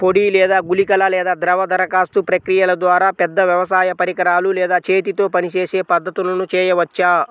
పొడి లేదా గుళికల లేదా ద్రవ దరఖాస్తు ప్రక్రియల ద్వారా, పెద్ద వ్యవసాయ పరికరాలు లేదా చేతితో పనిచేసే పద్ధతులను చేయవచ్చా?